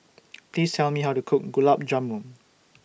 Please Tell Me How to Cook Gulab Jamun